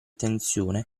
tensione